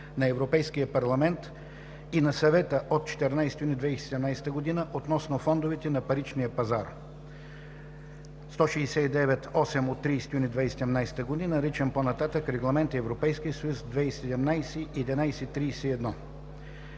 на Европейския парламент и на Съвета от 14 юни 2017 г. относно фондовете на паричния пазар (OB, L 169/8 от 30 юни 2017 г.), наричан по-нататък „Регламент (ЕС) 2017/1131”.”